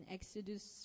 Exodus